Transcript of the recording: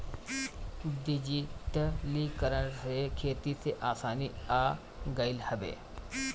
डिजिटलीकरण से खेती में आसानी आ गईल हवे